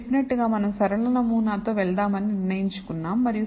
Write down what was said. నేను చెప్పినట్లు మనం సరళ నమూనాతో వెళ్దామని నిర్ణయించుకున్నాం